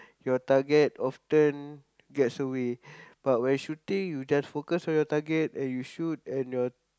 your target often gets away but when shooting you just focus on your target and you shoot and your